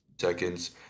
seconds